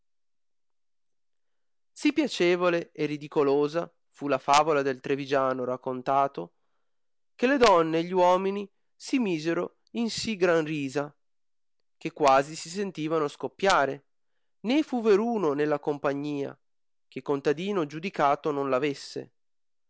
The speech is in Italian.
fu la favola del trivigiano raccontato che le donne e gli uomini si misero in sì gran risa che quasi si sentivano scoppiare né fu veruno nella compagnia che contadino giudicato non